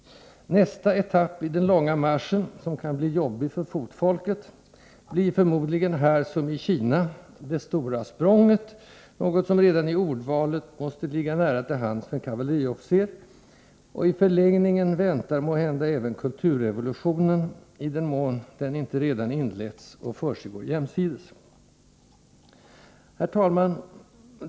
Nästa etapp i den långa marschen — som kan bli jobbig för fotfolket — blir förmodligen här, som i Kina, ”det stora språnget”, något som redan i ordvalet måste ligga nära till för en kavalleriofficer, och i förlängningen väntar måhända även kulturrevolutionen, i den mån den inte redan inletts och försiggår jämsides. Herr talman!